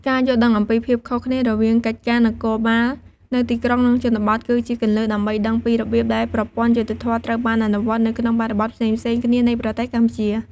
ការយល់ដឹងអំពីភាពខុសគ្នារវាងកិច្ចការនគរបាលនៅទីក្រុង និងជនបទ គឺជាគន្លឹះដើម្បីដឹងពីរបៀបដែលប្រព័ន្ធយុត្តិធម៌ត្រូវបានអនុវត្តនៅក្នុងបរិបទផ្សេងៗគ្នានៃប្រទេសកម្ពុជា។